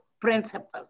principle